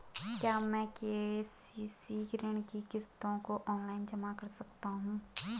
क्या मैं के.सी.सी ऋण की किश्तों को ऑनलाइन जमा कर सकता हूँ?